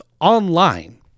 online